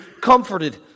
comforted